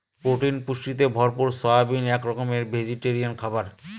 protein পুষ্টিতে ভরপুর soybean এক রকমের ভেজিটেরিয়ান খাবার